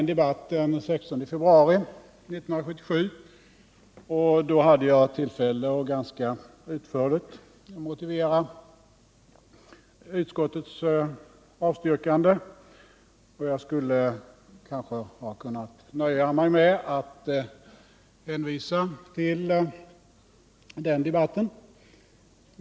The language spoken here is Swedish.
Vid debatten den 16 februari 1977 hade jag tillfälle att ganska utförligt motivera utskottets avstyrkande, och jag skulle kanske ha kunnat nöja mig med att hänvisa till den debatten.